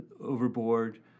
overboard